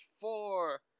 four